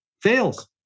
fails